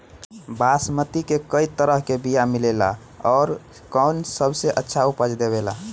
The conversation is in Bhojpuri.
बासमती के कै तरह के बीया मिलेला आउर कौन सबसे अच्छा उपज देवेला?